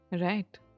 Right